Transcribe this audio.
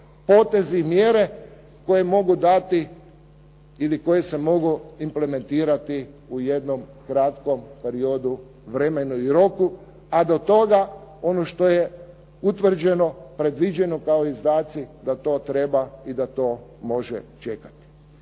potezi i mjere koje mogu dati ili koje se mogu implementirati u jednom kratkom periodu, vremenu i roku a do toga ono što je utvrđeno, predviđeno kao izdaci da to treba i da to može čekati.